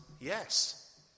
yes